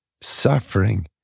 suffering